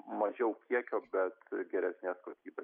mažiau kiekio bet geresnės kokybės